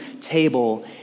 table